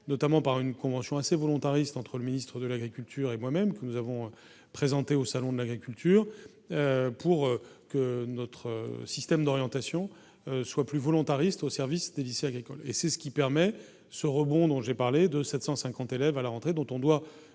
notamment par une convention assez volontariste entre le ministre de l'Agriculture et moi-même, que nous avons présenté au salon de l'agriculture pour que notre système d'orientation soit plus volontariste au service des lycées agricoles et c'est ce qui permet ce rebond dont j'ai parlé de 750 élèves à la rentrée, dont on doit